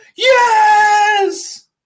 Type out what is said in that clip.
Yes